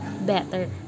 better